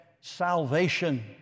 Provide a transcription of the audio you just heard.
salvation